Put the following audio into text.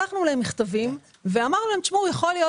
שלחנו להם מכתבים ואמרנו להם שיכול להיות